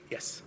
Yes